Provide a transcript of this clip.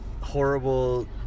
horrible